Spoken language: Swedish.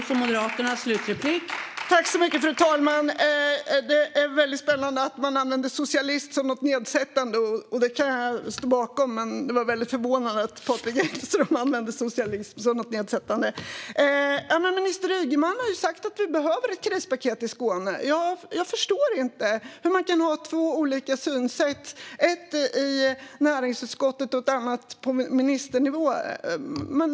Fru talman! Det är väldigt spännande och förvånande att Patrik Engström använder "socialist" som något nedsättande. Minister Ygeman har ju sagt att vi behöver ett krispaket i Skåne. Jag förstår inte hur man kan ha två olika synsätt - ett i näringsutskottet och ett annat på ministernivå.